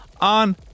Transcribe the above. on